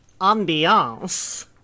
ambiance